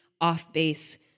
off-base